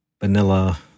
vanilla